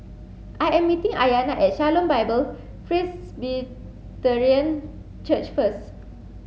I am meeting Ayana at Shalom Bible Presbyterian Church first